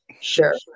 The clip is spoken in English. Sure